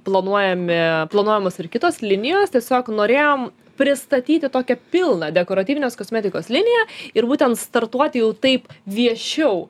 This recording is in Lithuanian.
planuojami planuojamos ir kitos linijos tiesiog norėjom pristatyti tokią pilną dekoratyvinės kosmetikos liniją ir būtent startuoti jau taip viešiau